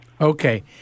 Okay